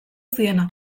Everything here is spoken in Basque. ziena